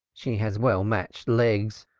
she has well-matched legs,